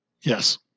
Yes